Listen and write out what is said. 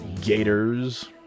Gators